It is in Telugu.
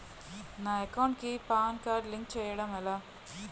నా అకౌంట్ కు పాన్ కార్డ్ లింక్ చేయడం ఎలా?